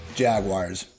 jaguars